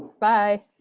bye